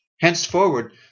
Henceforward